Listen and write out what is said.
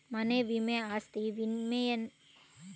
ಮನೆ ವಿಮೆ ಅಸ್ತಿ ವಿಮೆನಲ್ಲಿ ಒಂದು ಆಗಿದ್ದು ವೈಯಕ್ತಿಕ ವಿಮೆಯ ರಕ್ಷಣೆ ಕೊಡ್ತದೆ